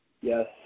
Yes